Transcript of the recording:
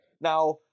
Now